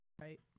right